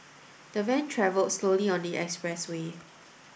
the van travelled slowly on the expressway